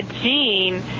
Gene